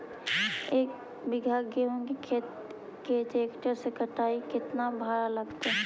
एक बिघा गेहूं के खेत के ट्रैक्टर से कटाई के केतना भाड़ा लगतै?